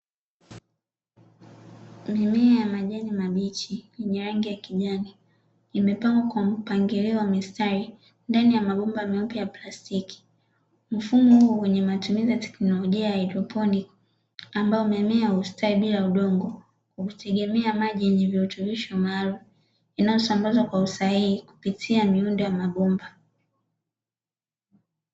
Mimea ya majani mabichi yenye rangi kijani imepangwa kwa mpangilio wa mistari ndani ya mabomba meupe ya plastiki, mfumo huo kwenye matumizi ya teknolojia maalumu inayosambazwa kwa usahihi kupitia miundo ya mabomba.